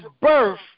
birth